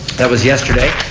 that was yesterday.